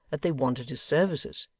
that they wanted his services,